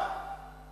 על מה?